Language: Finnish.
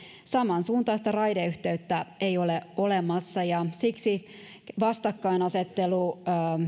samansuuntaista raideyhteyttä ei ole olemassa ja siksi vastakkainasettelu